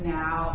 now